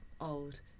old